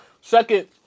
Second